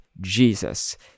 Jesus